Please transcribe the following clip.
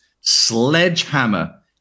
sledgehammer